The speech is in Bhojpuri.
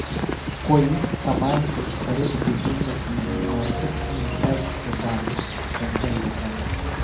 कोई समान के खरीद बिक्री के समय मार्केट इंपैक्ट के बारे सोचल जाला